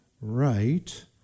right